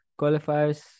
qualifiers